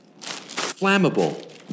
Flammable